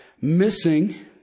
missing